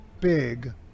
big